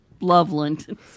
Loveland